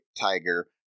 Tiger